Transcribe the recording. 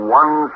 one